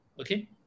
Okay